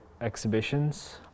exhibitions